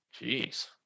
Jeez